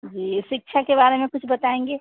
जी शिक्षा के बारे में कुछ बताएँगे